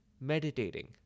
meditating